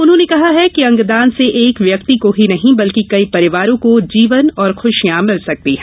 उन्होंने कहा है कि अंगदान से एक व्यक्ति को ही नहीं बल्कि कई परिवारों को जीवन और खुशियाँ मिल सकती है